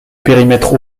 périmètre